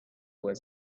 were